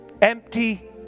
empty